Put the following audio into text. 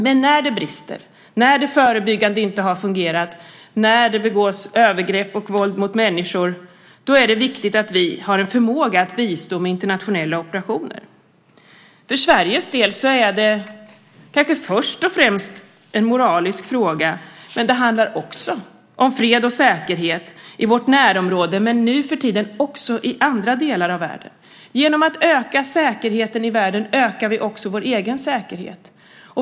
Men när det brister, när det förebyggande inte har fungerat, när det begås övergrepp och våld mot människor, är det viktigt att vi har en förmåga att bistå med internationella operationer. För Sveriges del är det kanske först och främst en moralisk fråga, men det handlar också om fred och säkerhet i vårt närområde och nuförtiden också i andra delar av världen. Genom att öka säkerheten i världen ökar vi vår egen säkerhet.